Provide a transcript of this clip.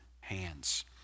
hands